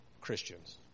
Christians